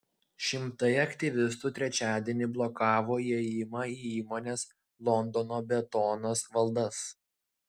šimtai aktyvistų trečiadienį blokavo įėjimą į įmonės londono betonas valdas